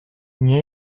nie